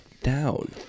down